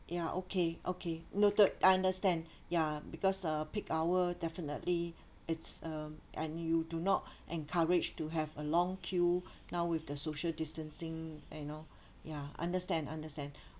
ya okay okay noted I understand ya because uh peak hour definitely it's um and you do not encourage to have a long queue now with the social distancing you know ya understand understand